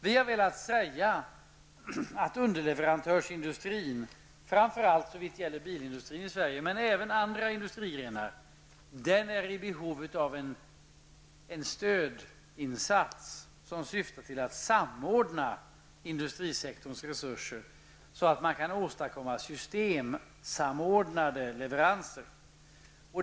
Vi moderater betonar att underleverantörsindustrin -- framför allt när det gäller bilindustrin i Sverige, men även andra industrigrenar -- är i behov av en stödinsats som syftar till att samordna industrisektorns resurser, så att man kan åstadkomma systemsamordnade leveranser.